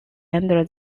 under